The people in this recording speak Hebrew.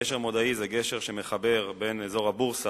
גשר מודעי זה גשר שמחבר בין אזור הבורסה